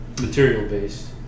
material-based